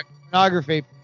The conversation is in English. pornography